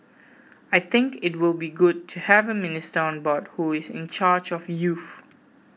I think it will be good to have a minister on board who is in charge of youth